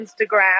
Instagram